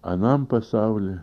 anam pasauly